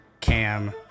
cam